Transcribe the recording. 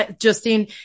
Justine